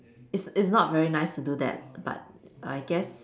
it's it's not very nice to do that but I guess